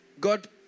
God